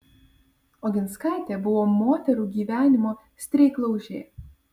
oginskaitė buvo moterų gyvenimo streiklaužė